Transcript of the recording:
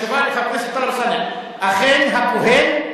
תשובה לחבר הכנסת טלב אלסאנע, אכן, הכהן,